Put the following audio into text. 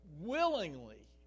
willingly